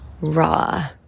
raw